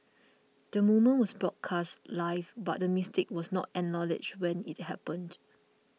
the moment was broadcast live but the mistake was not acknowledged when it happened